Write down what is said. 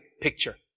picture